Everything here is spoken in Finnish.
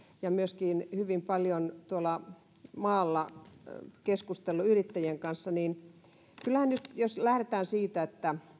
ja myöskin hyvin paljon tuolla maalla yrittäjien kanssa keskustelleena jos lähdetään siitä